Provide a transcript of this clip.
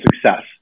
success